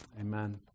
Amen